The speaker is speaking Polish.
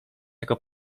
jako